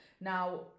Now